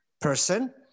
person